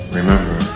remember